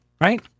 right